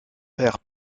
père